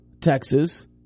Texas